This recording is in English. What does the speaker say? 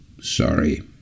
Sorry